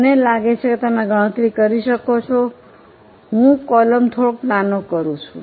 મને લાગે છે કે તમે ગણતરી કરી શકો છો હું કૉલમ થોડો નાનો કરીશ